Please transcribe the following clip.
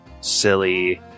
silly